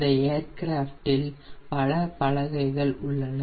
இந்த ஏர்கிராஃப்டில் பல பலகைகள் உள்ளன